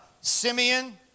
Simeon